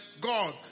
God